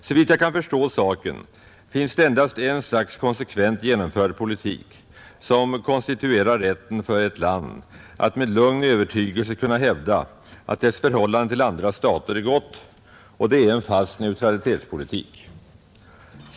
Såvitt jag kan förstå saken finns det endast ett slags konsekvent genomförd politik som konstituerar rätten för ett land att med lugn övertygelse hävda att dess förhållande till andra stater är gott, och det är en fast neutralitetspolitik.